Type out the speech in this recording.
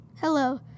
Hello